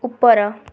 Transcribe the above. ଉପର